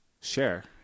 share